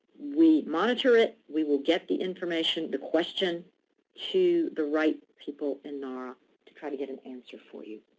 we monitor it. we will get the information, the question to the right people in nara to try to get an answer for you.